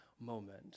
moment